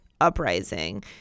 uprising